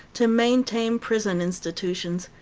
to maintain prison institutions,